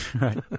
Right